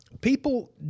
people